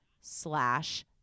slash